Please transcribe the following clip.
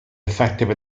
effective